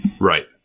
Right